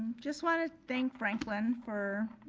just want to thank franklin for,